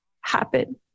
happen